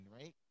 right